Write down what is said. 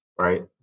right